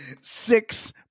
Six